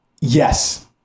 yes